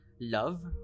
Love